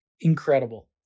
incredible